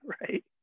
right